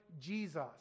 Jesus